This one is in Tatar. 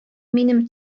минем